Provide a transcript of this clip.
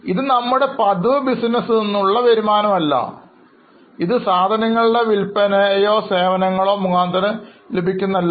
ഇത് നമ്മളുടെ പതിവ് ബിസിനസ്സിൽ നിന്നുള്ള വരുമാനം അല്ല ഇതൊരു സാധനങ്ങളുടെ വില്പന യോ സേവനങ്ങൾ നൽകുന്നത് അല്ല